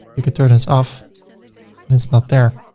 you can turn this off and it's not there.